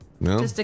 No